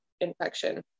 infection